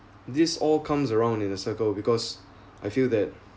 this all comes around in a circle because I feel that